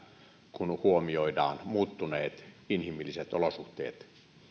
kun huomioidaan muuttuneet inhimilliset olosuhteet